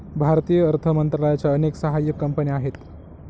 भारतीय अर्थ मंत्रालयाच्या अनेक सहाय्यक कंपन्या आहेत